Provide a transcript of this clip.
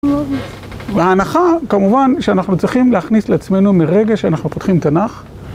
וההנחה כמובן שאנחנו צריכים להכניס לעצמנו מרגע שאנחנו פותחים תנ"ך.